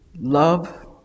Love